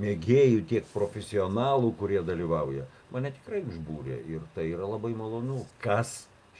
mėgėjų tiek profesionalų kurie dalyvauja mane tikrai užbūrė ir tai yra labai malonu kas